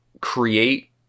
create